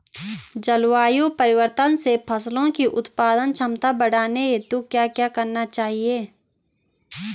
जलवायु परिवर्तन से फसलों की उत्पादन क्षमता बढ़ाने हेतु क्या क्या करना चाहिए?